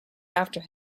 after